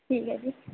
ठीक ऐ भी